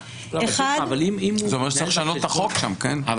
זה אומר שצריך לשנות את החוק שם כדי לאפשר.